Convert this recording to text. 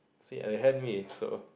see I had me so